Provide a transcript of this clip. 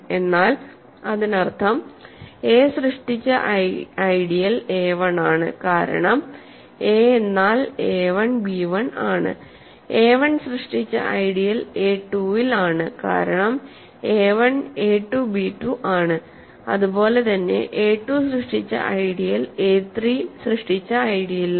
എന്നാൽ അതിനർത്ഥം a സൃഷ്ടിച്ച ഐഡിയൽ a1 ആണ് കാരണം എ എന്നാൽ എ 1 ബി 1 ആണ് a1 സൃഷ്ടിച്ച ഐഡിയൽ a 2 ൽ ആണ് കാരണം a1 എ 2 b 2 ആണ് അതുപോലെ തന്നെ എ 2 സൃഷ്ടിച്ച ഐഡിയൽ എ3 സൃഷ്ടിച്ച ഐഡിയലിലാണ്